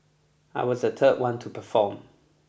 I was the third one to perform